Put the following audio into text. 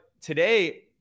today